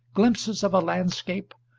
glimpses of a landscape,